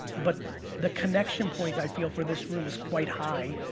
but the connection point i feel for this room is quite high.